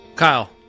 Kyle